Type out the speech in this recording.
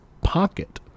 pocket